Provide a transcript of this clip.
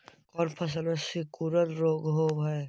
कोन फ़सल में सिकुड़न रोग होब है?